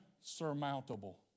Insurmountable